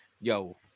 yo